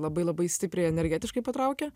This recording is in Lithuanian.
labai labai stipriai energetiškai patraukia